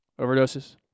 overdoses